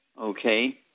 okay